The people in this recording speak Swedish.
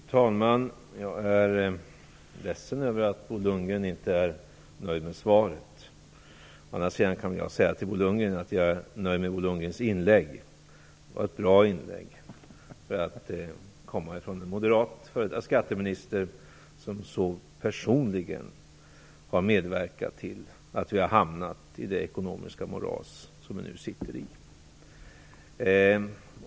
Fru talman! Jag är ledsen över att Bo Lundgren inte är nöjd med svaret. Däremot kan jag säga att jag är nöjd med Bo Lundgrens inlägg. Det var ett bra inlägg för att komma från en moderat f.d. skatteminister som personligen har medverkat till att vi har hamnat i det ekonomiska moras som vi nu sitter i.